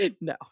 No